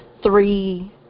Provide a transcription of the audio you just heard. Three